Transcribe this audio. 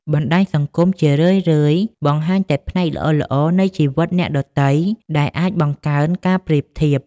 បណ្តាញសង្គមជារឿយៗបង្ហាញតែផ្នែកល្អៗនៃជីវិតអ្នកដទៃ ដែលអាចបង្កើនការប្រៀបធៀប។